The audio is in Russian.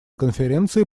конференции